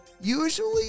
Usually